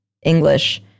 English